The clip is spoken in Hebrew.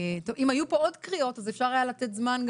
אם היו פה עוד קריאות אז אפשר היה לתת זמן גם